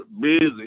busy